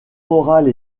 morale